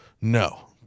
No